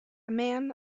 man